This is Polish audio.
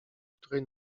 której